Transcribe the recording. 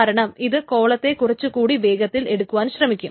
കാരണം ഇത് കോളത്തെ കുറച്ചു കൂടി വേഗത്തിൽ എടുക്കുവാൻ ശ്രമിക്കും